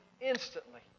instantly